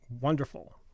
wonderful